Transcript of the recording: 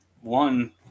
one